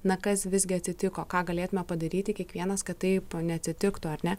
na kas visgi atsitiko ką galėtume padaryti kiekvienas kad taip neatsitiktų ar ne